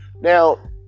Now